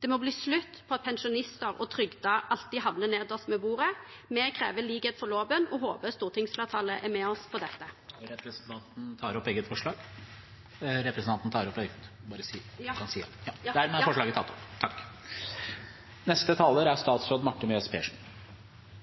Det må slutt på at pensjonister og trygdede alltid havner nederst ved bordet. Vi krever likhet for loven og håper stortingsflertallet er med oss på dette. Jeg tar opp forslaget fra Rødt. Da har representanten Emma Watne tatt opp det forslaget hun refererte til. Forslaget som er tatt opp